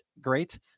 great